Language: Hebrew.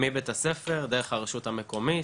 מבית הספר דרך הרשות המקומית,